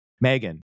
Megan